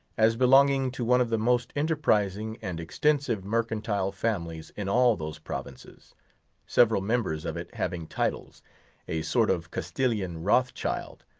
as belonging to one of the most enterprising and extensive mercantile families in all those provinces several members of it having titles a sort of castilian rothschild,